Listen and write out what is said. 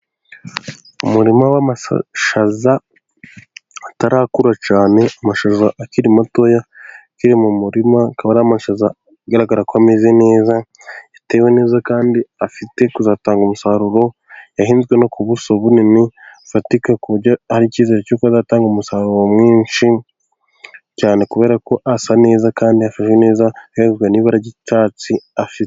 Umurima w'amashaza atarakura cyane amashaza akiri mutoya, akiri mu murima akaba ari amashaza agaragara ko ameze neza yatewe neza, kandi afite kuzatanga umusaruro yahinzwe no ku buso bunini bufatika, ku buryo hari icyizere cy'uko azatanga umusaruro mwinshi cyane, kubera ko asa neza kandi yafashwe neza n'ibara ry'icyatsi afite.